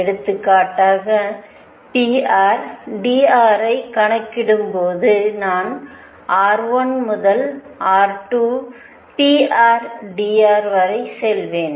எடுத்துக்காட்டாக prdr ஐ கணக்கிடும்போது நான் r1 முதல் r2 prdr வரை செல்வேன்